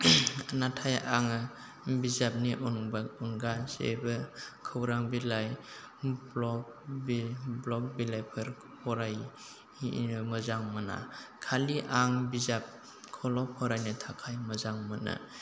नाथाय आङो बिजाबनि अनगा अनगा जेबो खौरां बिलाइ ब्लग बि ब्लग बिलाइफोर फरायनो मोजां मोना खालि आं बिजाबखौल' फरायनो थाखाय मोजां मोनो